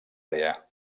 àrea